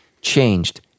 changed